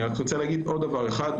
אני רק רוצה להגיד עוד דבר אחד,